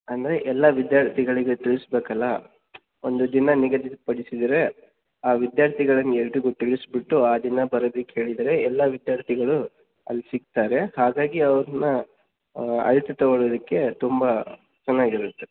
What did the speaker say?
ಅಂದರೆ ಎಲ್ಲ ವಿದ್ಯಾರ್ಥಿಗಳಿಗೆ ತಿಳಿಸ್ಬೇಕಲ್ಲ ಒಂದು ದಿನ ನಿಗದಿಪಡಿಸಿದರೆ ಆ ವಿದ್ಯಾರ್ಥಿಗಳನ್ನು ಎಲ್ಲರಿಗೂ ತಿಳಿಸಿಬಿಟ್ಟು ಆ ದಿನ ಬರೋದಿಕ್ಕೆ ಹೇಳಿದರೆ ಎಲ್ಲ ವಿದ್ಯಾರ್ಥಿಗಳು ಅಲ್ಲಿ ಸಿಗ್ತಾರೆ ಹಾಗಾಗಿ ಅವ್ರನ್ನ ಅಳತೆ ತಗೊಳೋದಕ್ಕೆ ತುಂಬ ಚೆನ್ನಾಗಿರುತ್ತೆ